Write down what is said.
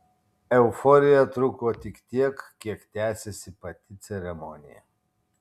euforija truko tik tiek kiek tęsėsi pati ceremonija